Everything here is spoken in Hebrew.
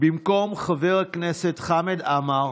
במקום חבר הכנסת חמד עמאר,